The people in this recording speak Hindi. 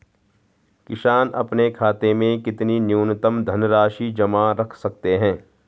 किसान अपने खाते में कितनी न्यूनतम धनराशि जमा रख सकते हैं?